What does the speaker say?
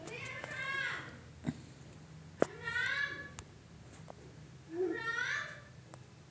ministry of agriculture आ farmer welfare पहिने कृषि मंत्रालय नाओ सँ जानल जाइत रहय